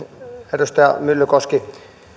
edustaja myllykoski